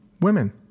women